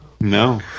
No